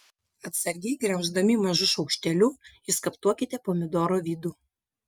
atsargiai gremždami mažu šaukšteliu išskaptuokite pomidoro vidų